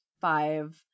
five